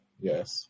Yes